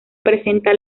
presenta